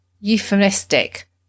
euphemistic